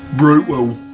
brutal.